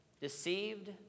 deceived